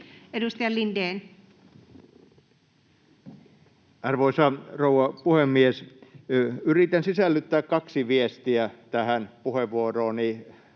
18:07 Content: Arvoisa rouva puhemies! Yritän sisällyttää kaksi viestiä tähän puheenvuorooni.